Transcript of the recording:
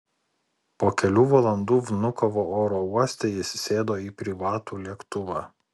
po kelių valandų vnukovo oro uoste jis sėdo į privatų lėktuvą